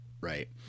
Right